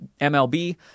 MLB